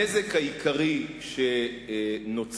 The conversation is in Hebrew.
הנזק העיקרי שנוצר,